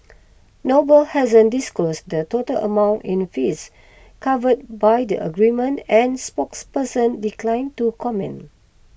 noble hasn't disclosed the total amount in fees covered by the agreement and spokesperson declined to comment